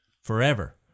forever